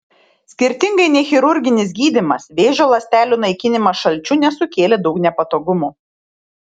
skirtingai nei chirurginis gydymas vėžio ląstelių naikinimas šalčiu nesukėlė daug nepatogumų